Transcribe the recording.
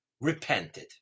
Repented